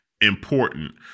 important